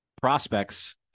prospects